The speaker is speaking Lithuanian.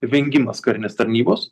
vengimas karinės tarnybos